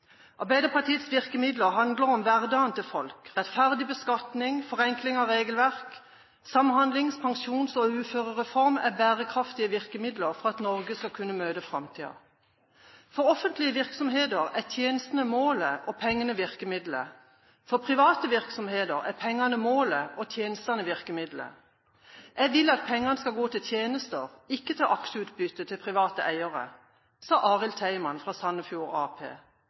Arbeiderpartiets virkemidler handler om hverdagen til folk: rettferdig beskatning, forenkling av regelverk, samhandlings-, pensjons- og uførereform er bærekraftige virkemidler for at Norge skal kunne møte framtida. Arild Theimann fra Sandefjord Arbeiderparti sa: For offentlige virksomheter er tjenestene målet og pengene virkemidlet. For private virksomheter er pengene målet og tjenestene virkemidlet. Jeg vil at pengene skal gå til tjenester, ikke til aksjeutbytte til private eiere.